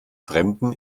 fremden